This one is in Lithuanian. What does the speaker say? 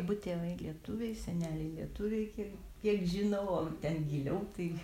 abu tėvai lietuviai seneliai lietuviai kiek žinau o ten giliau